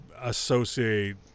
associate